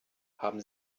haben